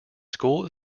school